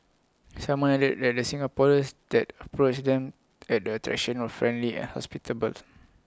simon added that Singaporeans that approached them at the attraction of friendly and hospitable